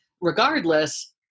regardless